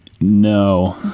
No